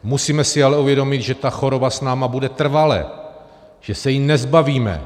Musíme si ale uvědomit, že ta choroba s námi bude trvale, že se jí nezbavíme.